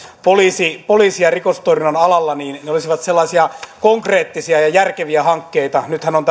poliisin poliisin rikostorjunnan alalla olisivat sellaisia konkreettisia ja järkeviä hankkeita nythän on